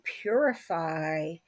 purify